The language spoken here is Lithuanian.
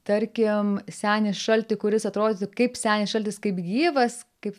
tarkim senį šaltį kuris atrodytų kaip senis šaltis kaip gyvas kaip